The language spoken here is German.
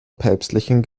päpstlichen